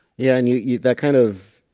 yeah and you you that kind of?